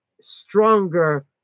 stronger